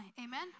Amen